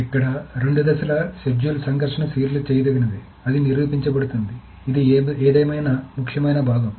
కాబట్టి ఇక్కడ రెండు దశల షెడ్యూల్ సంఘర్షణ సీరియల్ చేయదగినది అది నిరూపించబడుతుంది కాబట్టి ఇది ఏదేమైనా ముఖ్యమైన భాగం